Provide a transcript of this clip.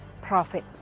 profit